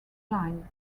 blind